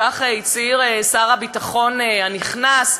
כך הצהיר שר הביטחון הנכנס,